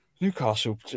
Newcastle